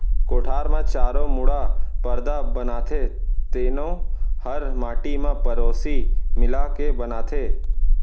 कोठार म चारों मुड़ा परदा बनाथे तेनो हर माटी म पेरौसी मिला के बनाथें